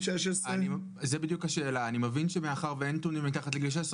אני מבין שמאחר ואין נתונים מתחת לגיל 16,